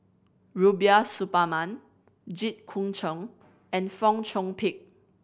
Rubiah Suparman Jit Koon Ch'ng and Fong Chong Pik